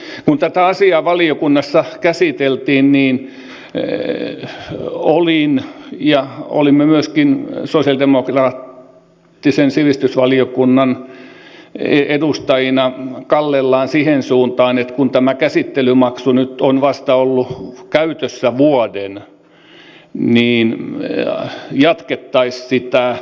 kun tätä asiaa valiokunnassa käsiteltiin niin olin ja olimme myöskin sosialidemokraattisen sivistysvaliokunnan edustajina kallellaan siihen suuntaan että kun tämä käsittelymaksu nyt on ollut käytössä vasta vuoden niin jatkettaisiin sitä